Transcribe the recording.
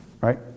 right